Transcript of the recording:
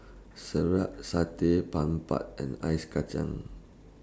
Sireh Satay and Ice Kachang